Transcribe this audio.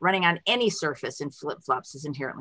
running on any surface in flip flops is inherently